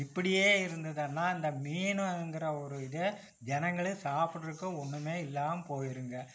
இப்படியே இருந்ததுனால் இந்த மீனுங்கிற ஒரு இதே ஜனங்களும் சாப்படறதுக்கு ஒன்றுமே இல்லாமல் போயிருங்கள்